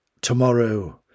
tomorrow